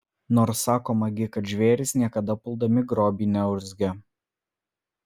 nors sakoma gi kad žvėrys niekada puldami grobį neurzgia